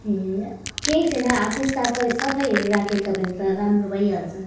केही छैन आफै सफाइ सफाइहरू राखेको छ भने त राम्रो भइहाल्छ